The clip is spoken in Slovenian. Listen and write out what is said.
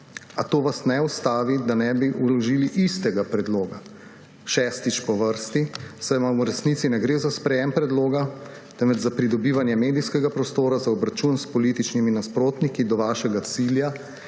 A to vas ne ustavi, da ne bi vložili istega predloga šestič po vrsti, saj vam v resnici ne gre za sprejetje predloga, temveč za pridobivanje medijskega prostora za obračun s političnimi nasprotniki do vašega cilja,